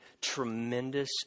tremendous